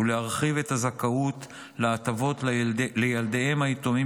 ולהרחיב את הזכאות להטבות לילדיהם היתומים